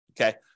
Okay